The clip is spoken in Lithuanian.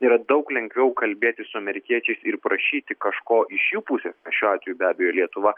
yra daug lengviau kalbėtis su amerikiečiais ir prašyti kažko iš jų pusės šiuo atveju be abejo lietuva